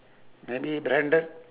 maybe branded